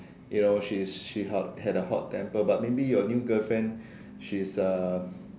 you know she's she had a hot temper but maybe your new girlfriend she is a